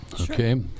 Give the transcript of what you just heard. Okay